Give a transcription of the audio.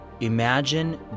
imagine